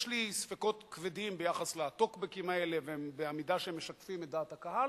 יש לי ספקות כבדים ביחס לטוקבקים האלה ולמידה שהם משקפים את דעת הקהל.